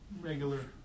Regular